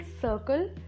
circle